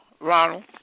Ronald